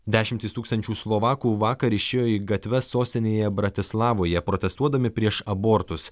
dešimtys tūkstančių slovakų vakar išėjo į gatves sostinėje bratislavoje protestuodami prieš abortus